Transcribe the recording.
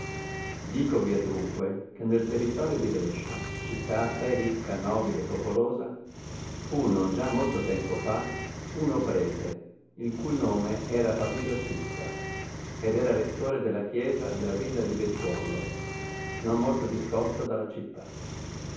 intenderete dicovi adunque che nel territorio di brescia cittii assai ricca nobile e popolosa fu non già molto tempo fa uno prete il cui nome era papiro schizza ed era rettore della chiesa della villa di bedicuouo non molto discosta dalla città